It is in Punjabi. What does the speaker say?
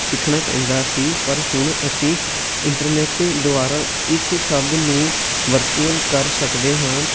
ਸਿੱਖਣਾ ਪੈਂਦਾ ਸੀ ਪਰ ਹੁਣ ਅਸੀਂ ਇੰਟਰਨੈਟ ਦੁਆਰਾ ਇਸ ਸਭ ਨੂੰ ਵਰਚੁਅਲ ਕਰ ਸਕਦੇ ਹਾਂ